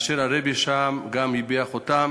והרבי הטביע חותם